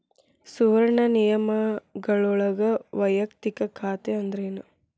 ಸುವರ್ಣ ನಿಯಮಗಳೊಳಗ ವಯಕ್ತಿಕ ಖಾತೆ ಅಂದ್ರೇನ